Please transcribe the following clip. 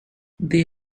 they